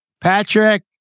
Patrick